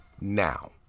now